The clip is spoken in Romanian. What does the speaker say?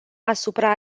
asupra